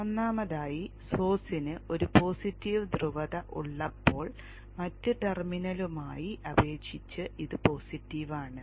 ഒന്നാമതായി സോഴ്സിന് ഒരു പോസിറ്റീവ് ധ്രുവത ഉള്ളപ്പോൾ മറ്റ് ടെർമിനലുമായി അപേക്ഷിച്ച് ഇത് പോസിറ്റീവ് ആണ്